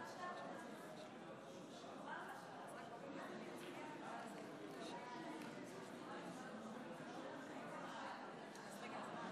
56. אני קובע כי הצעת חוק-יסוד: ביטול ההסדר